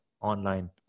online